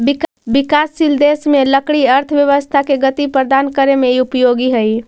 विकासशील देश में लकड़ी अर्थव्यवस्था के गति प्रदान करे में उपयोगी हइ